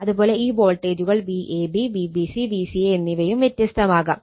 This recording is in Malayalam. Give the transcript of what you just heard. അതുപോലെ ഈ വോൾട്ടേജുകൾ Vab Vbc Vca എന്നിവയും വ്യത്യസ്തമാവാം